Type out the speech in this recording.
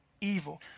evil